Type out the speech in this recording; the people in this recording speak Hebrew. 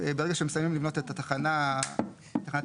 ברגע שמסיימים לבנות את תחנת המטרו,